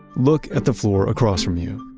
look at the floor across from you.